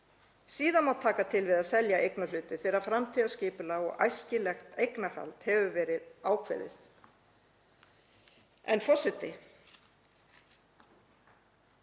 Síðan má taka til við að selja eignarhluti þegar framtíðarskipulag og æskilegt eignarhald hefur verið ákveðið. Forseti.